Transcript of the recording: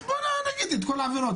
אז בואו נגיד את כל העבירות.